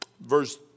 verse